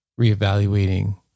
reevaluating